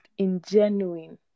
ingenuine